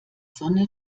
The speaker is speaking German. sonne